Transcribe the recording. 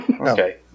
Okay